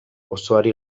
osoari